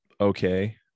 okay